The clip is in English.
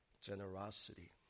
generosity